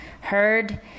heard